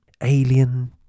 alien